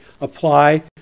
apply